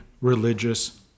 religious